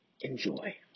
enjoy